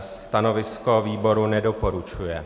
Stanovisko výboru nedoporučuje.